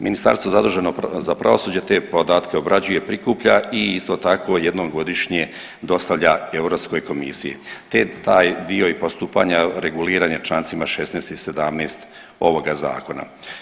Ministarstvo zaduženo za pravosuđe te podatke obrađuje, prikuplja i isto tako jednom godišnje dostavlja Europskoj komisiji, te taj dio i postupanja reguliran je člancima 16. i 17. ovoga zakona.